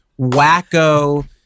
wacko